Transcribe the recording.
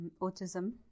autism